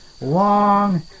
long